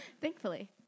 thankfully